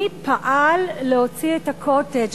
מי פעל להוציא את ה"קוטג'",